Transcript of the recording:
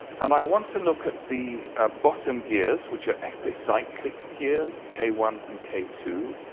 and i want to look at the bottom gears, which are epicyclic gears, k one and k two.